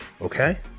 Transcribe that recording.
okay